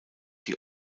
die